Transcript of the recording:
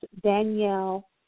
Danielle